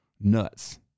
nuts